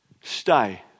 Stay